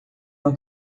uma